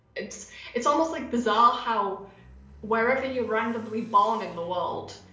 it's it's almost like bizarre how wherever you randomly born in the world,